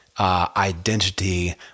Identity